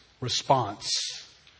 response